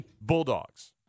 Bulldogs